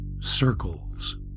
Circles